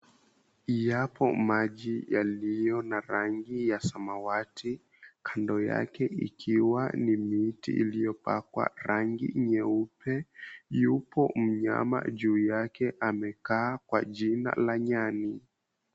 Yapo maji yaliyo na rangi ya samawati, kando yake ikiwa ni miti iliyopakwa rangi nyeupe. Yupo mnyama juu yake amekaa kwa jina la nyani.